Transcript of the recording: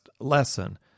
lesson